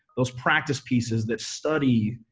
those practice pieces, that study,